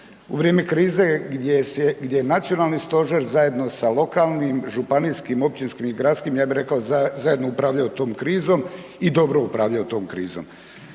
U vrijeme krize gdje se, gdje nacionalni stožer zajedno sa lokalnim, županijskim, općinskim i gradskim, ja bih rekao, zajedno upravljaju tom krizom i dobro upravljaju tom krizom.